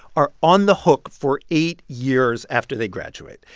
are on the hook for eight years after they graduate.